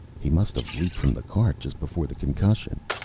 he must have leaped from the cart just before the concussion.